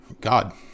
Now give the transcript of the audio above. God